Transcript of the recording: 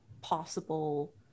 possible